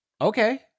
okay